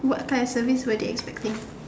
what kind of service were they expecting